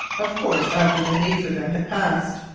of course after the need for them had passed.